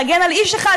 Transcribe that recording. להגן על איש אחד,